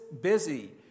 busy